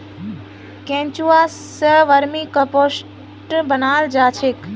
केंचुआ स vermicompost बनाल जा छेक